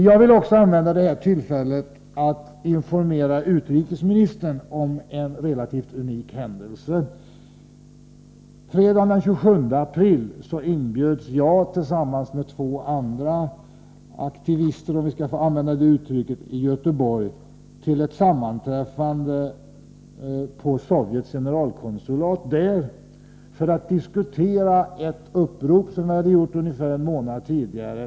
Jag vill också använda det här tillfället att informera utrikesministern om en relativt unik händelse. Fredagen den 27 april inbjöds jag tillsammas med två andra ”aktivister” i Göteborg till ett sammanträffande på Sovjetunionens generalkonsulat för att där diskutera ett upprop som vi hade gjort ungefär en månad tidigare.